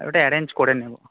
আরে ওটা অ্যারেঞ্জ করে নেব